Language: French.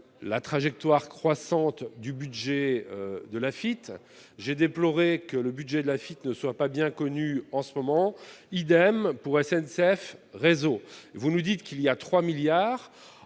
la trajectoire croissante du budget de la AFITF, j'ai déploré que le budget de la FIT ne soit pas bien connu en ce moment, idem pour SNCF, réseau, vous nous dites qu'il y a 3 milliards